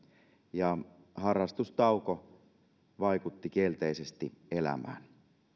ja harrastustauko vaikutti kielteisesti elämään